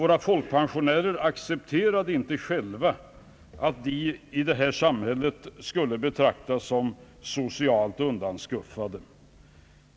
Våra folkpensionärer accepterade inte själva att de i detta samhälle skulle betraktas som socialt undanskuffade.